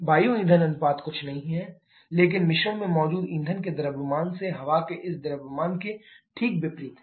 वायु ईंधन अनुपात कुछ नहीं है लेकिन मिश्रण में मौजूद ईंधन के द्रव्यमान से हवा के इस द्रव्यमान के ठीक विपरीत है